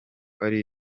ari